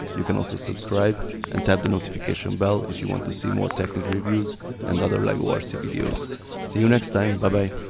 you can also subscribe and tap the notification bell if you want to see more technic reviews and other lego ah rc videos see you next time bye